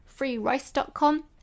Freerice.com